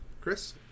Chris